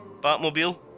Batmobile